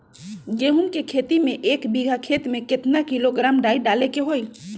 गेहूं के खेती में एक बीघा खेत में केतना किलोग्राम डाई डाले के होई?